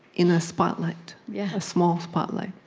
in a spotlight, yeah a small spotlight.